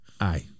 Aye